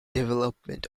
development